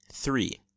Three